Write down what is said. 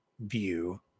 view